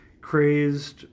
crazed